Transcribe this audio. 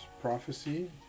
prophecy